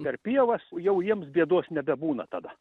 per pievas jau jiems bėdos nebebūna tada